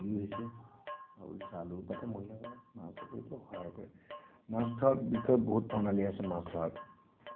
পুখুৰীও সিঁঁচে আৰু জালো পাতে মহিলাসকলে মাছ ধৰাত সহায় কৰে মাছ ধৰা বিষয়ত বহুত প্ৰণালী আছে মাছ ধৰাত